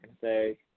say